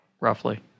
roughly